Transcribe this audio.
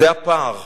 זה הפער.